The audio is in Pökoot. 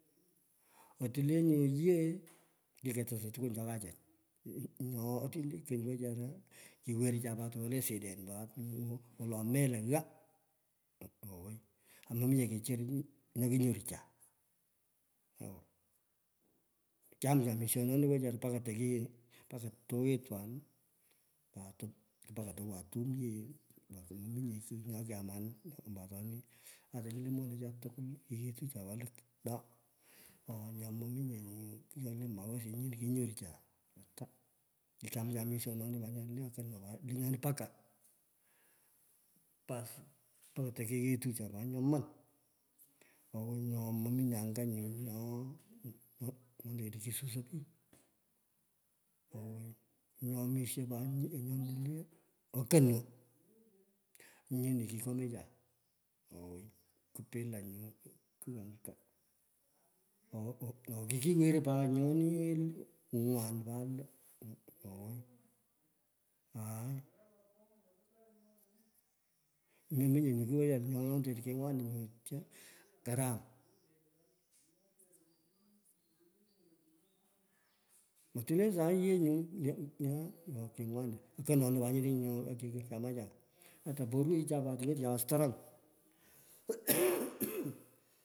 Oti le nyu yee, ikoto tokwon cho ghaachach. Nyo otini le kony wechara, kiwerecha pata tiko le siden pat, wolo melo ghaa, owoi. Aa mominye kichir nyo konyorucha, ewo kyamcha mishononi wechara mpaka tokey mpaka toyetwan, put ku mpaka to wan tum yee, akumominye kigh nyo kyamanin ombo atoni, ata chini le monungecha tukwul, kiyetucha pat lo doo oo, nyo mominye nyu kiyole ma nyi kinyorucho ata. Kikyamcha misho non lenyonu mpoka, baaas, po, tokeyetucha pot nyoman. Owei, nyo mominye anga nyu nyo nyo nyetishiyi susey pich. Owoi, nyeomishe pat, nyona kile otonwo nyino kikonecha, ku bila nyo, kigh anga ooh oo kikiweru pat nyonii, ngwan pat lo, owoi aai. Mengit nye ye chi lo kingwanit nyu tya, karam. Oti le sai ye nyu ny nyu nyo kingwanit, kukonyonu pich nyu kiyino kamwaacha, ata porwoicha pat kilechi pat strong.